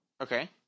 Okay